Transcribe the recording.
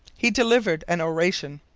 he delivered an oration,